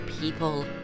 people